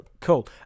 Cool